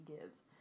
gives